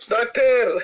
Doctor